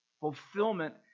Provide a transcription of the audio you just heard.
Fulfillment